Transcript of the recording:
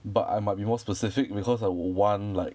but I might be more specific because I would want like